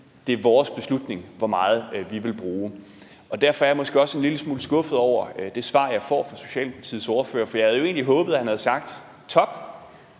Det er vores beslutning, hvor meget vi vil bruge. Derfor er jeg måske også en lille smule skuffet over det svar, jeg får fra Socialdemokratiets ordfører, for jeg havde jo egentlig håbet, at han havde sagt: Top!